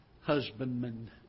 husbandman